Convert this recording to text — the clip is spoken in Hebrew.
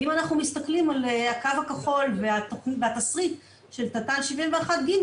אם אנחנו מסתכלים על הקו הכחול והתשריט של תת"ל 71/ג,